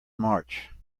march